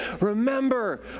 Remember